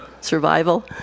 survival